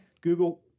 Google